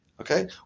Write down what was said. Okay